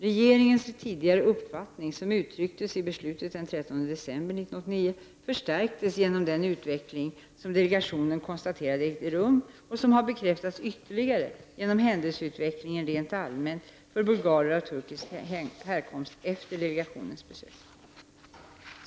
Regeringens tidigare uppfattning, som uttrycktes i beslutet den 13 december 1989, förstärktes genom händelseutvecklingen rent allmänt för bulgarer av turkisk härkomst efter delegationesn besök.